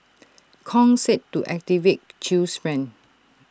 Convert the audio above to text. Kong said to activate chew's friend